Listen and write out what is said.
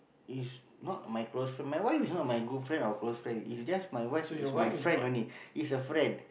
is not my close friend my wife is not my good friend or close friend is just my wife is my friend only is a friend